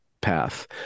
path